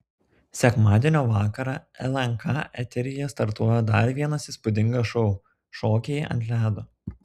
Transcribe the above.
sekmadienio vakarą lnk eteryje startuoja dar vienas įspūdingas šou šokiai ant ledo